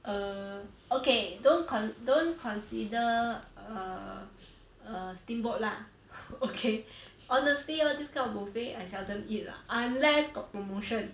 err okay don't con~ don't consider err err steamboat lah okay honestly all this kind of buffet I seldom eat lah unless got promotion